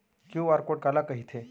QR code काला कहिथे?